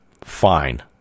fine